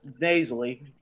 nasally